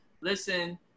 listen